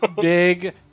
big